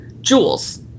Jules